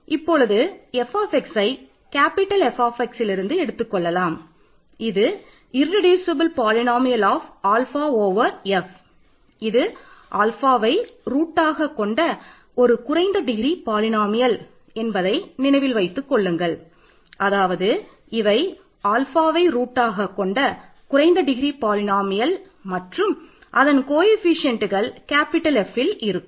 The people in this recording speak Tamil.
இப்பொழுது f Fல் இருக்கும்